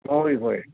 होय होय